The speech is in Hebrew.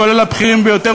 כולל הבכירים ביותר,